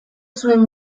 zuen